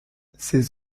ses